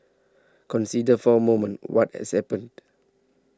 consider for a moment what has happened